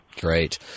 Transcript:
Great